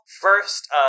first